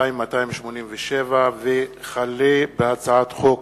פ/2287/18 וכלה בהצעת חוק